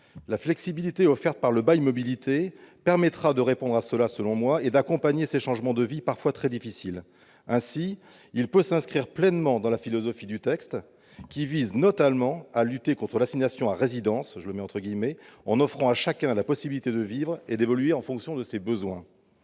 La flexibilité offerte par le bail mobilité permet de répondre à cette difficulté et d'accompagner ces changements de vie, parfois très difficiles. L'amendement s'inscrit ainsi pleinement dans la philosophie du texte qui vise, notamment, à lutter contre « l'assignation à résidence » en offrant à chacun la possibilité de vivre et d'évoluer en fonction de ses besoins.